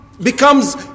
becomes